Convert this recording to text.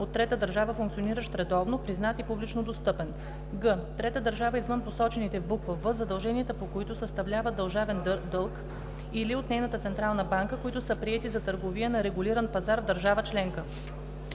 в трета държава, функциониращ редовно, признат и публично достъпен; г) трета държава извън посочените в буква „в”, задълженията по които съставляват държавен дълг, или от нейната централна банка, които са приети за търговия на регулиран пазар в държава членка;